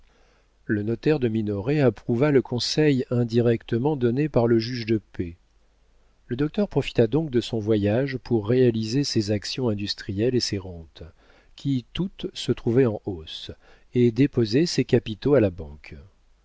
le notaire de minoret approuva le conseil indirectement donné par le juge de paix le docteur profita donc de son voyage pour réaliser ses actions industrielles et ses rentes qui toutes se trouvaient en hausse et déposer ses capitaux à la banque